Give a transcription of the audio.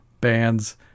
bands